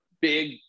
big